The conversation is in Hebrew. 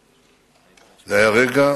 זה היה רגע